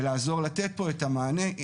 ולעזור, לתת פה את המענה.